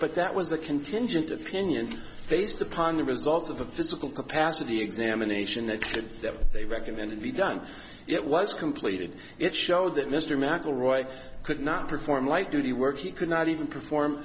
but that was a contingent of opinion based upon the results of the physical capacity examination next to them they recommend it be done it was completed it showed that mr mcelroy could not perform light duty work he could not even perform